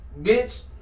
bitch